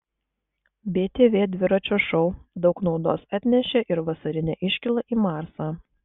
btv dviračio šou daug naudos atnešė ir vasarinė iškyla į marsą